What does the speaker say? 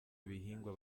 ibihingwa